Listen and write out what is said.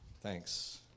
thanks